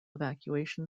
evacuation